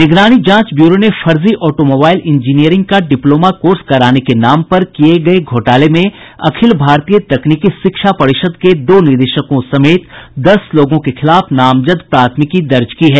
निगरानी जांच ब्यूरो ने फर्जी ऑटोमोबाइल इंजीनियरिंग का डिप्लोमा कोर्स कराने के नाम पर किए गए घोटाले में अखिल भारतीय तकनीकी शिक्षा परिषद के दो निदेशकों समेत दस लोगों के खिलाफ नामजद प्राथमिकी दर्ज की है